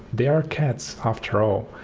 they are cats, after all.